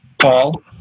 Paul